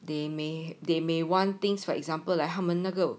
they may they may want things for example like 他们那个